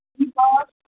ही बस